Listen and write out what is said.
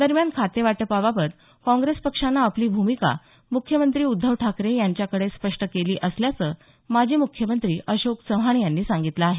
दरम्यान खातेवाटपाबाबत काँग्रेस पक्षानं आपली भूमिका मुख्यमंत्री उद्धव ठाकरे यांच्याकडे स्पष्ट केली असल्याचं माजी मुख्यमंत्री अशोक चव्हाण यांनी सांगितलं आहे